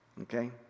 okay